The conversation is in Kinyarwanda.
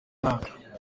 mwaka